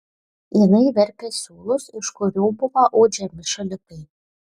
jinai verpė siūlus iš kurių buvo audžiami šalikai